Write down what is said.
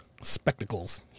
spectacles